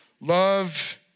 Love